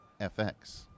FX